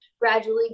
gradually